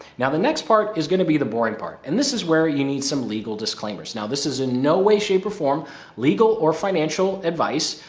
now the next part is gonna be the boring part. and this is where you need some legal disclaimers. now, this is in no way shape or form legal or financial advice,